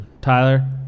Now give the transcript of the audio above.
Tyler